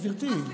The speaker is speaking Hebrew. גברתי.